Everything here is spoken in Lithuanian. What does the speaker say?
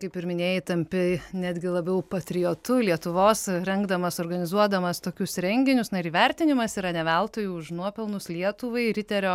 kaip ir minėjai tampi netgi labiau patriotu lietuvos rengdamas organizuodamas tokius renginius na ir įvertinimas yra ne veltui už nuopelnus lietuvai riterio